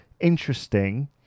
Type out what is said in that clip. interesting